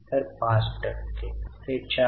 तर 5 टक्के ते 4